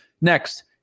next